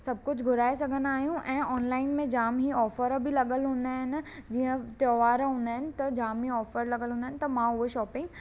सभ कुझु घुराए सघंदा आहियूं ऐं ऑनलाइन में जमी ई ऑफर बि लगियल हूंदा आहिनि जीअं त्योहार हूंदा आहिनि त जाम हीअ ऑफर लगियल हूंदा आहिनि त मां हूअ